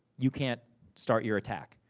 you can't start your attack.